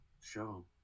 show